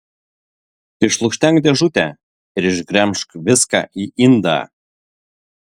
išlukštenk dėžutę ir išgremžk viską į indą